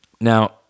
Now